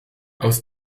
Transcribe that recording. aus